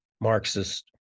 Marxist